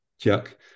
Chuck